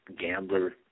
gambler